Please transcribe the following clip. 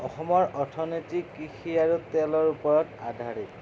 অসমৰ অৰ্থনীতি কৃষি আৰু তেলৰ ওপৰত আধাৰিত